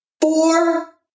four